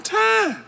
time